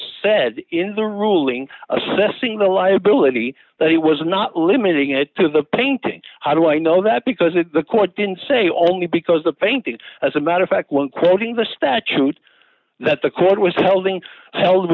said in the ruling assessing the liability that he was not limiting it to the painting how do i know that because if the court didn't say only because the painting as a matter of fact when quoting the statute that the court was holding held